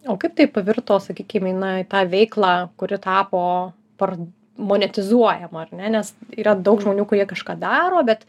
o kaip tai pavirto sakykim į na į tą veiklą kuri tapo par monetizuojama ar ne nes yra daug žmonių kurie kažką daro bet